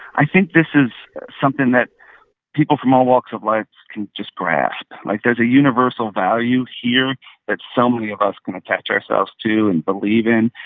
i think this is something that people from all walks of life can just grasp. like, there's a universal value here that so many of us can attach ourselves to and believe in.